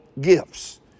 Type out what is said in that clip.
gifts